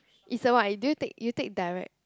it's a what do you take you take direct